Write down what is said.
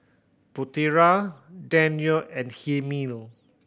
Putera Daniel and Hilmi